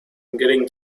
getting